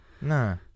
No